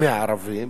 מהערבים,